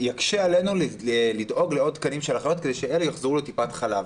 יקשה עלינו לדאוג לעוד תקנים של אחיות כדי שאלה יחזרו לטיפת חלב,